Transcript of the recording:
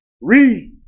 Read